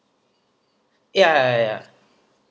ya ya